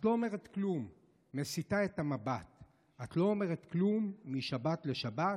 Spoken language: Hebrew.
"את לא אומרת כלום / מסיטה את המבט / את לא אומרת כלום / משבת לשבת